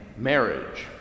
Marriage